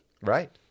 Right